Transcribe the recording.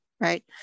Right